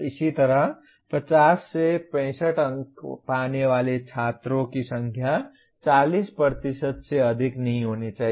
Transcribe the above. इसी तरह 50 से 65 अंक पाने वाले छात्रों की संख्या 40 से अधिक होनी चाहिए